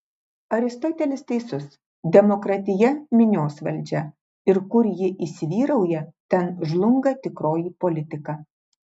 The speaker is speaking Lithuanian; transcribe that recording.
aristotelis teisus demokratija minios valdžia ir kur ji įsivyrauja ten žlunga tikroji politika